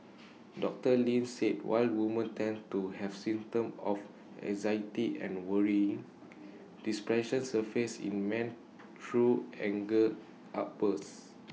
doctor Lin said while women tend to have symptoms of anxiety and worrying depressions A surfaces in men through anger outbursts